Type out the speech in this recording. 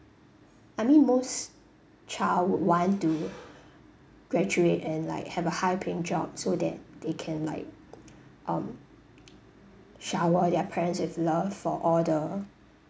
I mean most child would want to graduate and like have a high paying job so that they can like um shower their parents with love for all the